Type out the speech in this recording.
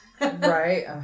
right